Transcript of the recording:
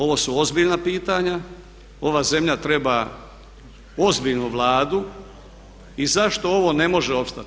Ovo su ozbiljna pitanja, ova zemlja treba ozbiljnu Vladu i zašto ovo ne može opstati?